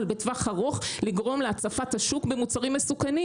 בטווח ארוך לגרום להצפת השוק במוצרים מסוכנים.